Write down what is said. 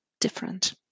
different